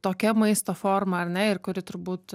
tokia maisto forma ar ne ir kuri turbūt